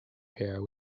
here